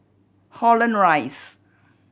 Holland Rise